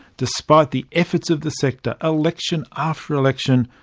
despite the efforts of the sector, election after election,